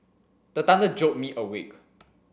the thunder jolt me awake